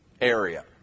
area